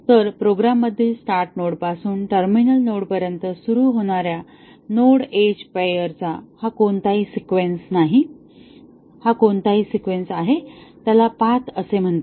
तर प्रोग्रॅममधील स्टार्ट नोडपासून टर्मिनल नोडपर्यंत सुरू होणाऱ्या नोड एज पेअर चा हा कोणताही सिक्वेन्स आहे त्याला पाथ असे म्हणतात